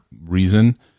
reason